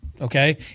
Okay